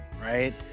right